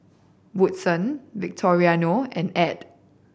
Woodson Victoriano and Add